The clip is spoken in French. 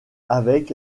avec